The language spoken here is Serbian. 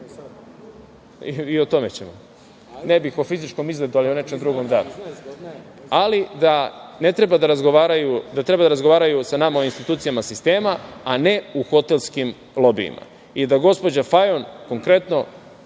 o tome ćemo. Ne bih o fizičkom izgledu, ali o nečem drugom da. Ali, da treba da razgovaraju sa nama u institucijama sistema, a ne u hotelskim lobijima i dok gospođa Fajon konkretno